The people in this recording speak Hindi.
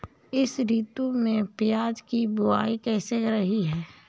इस ऋतु में प्याज की बुआई कैसी रही है?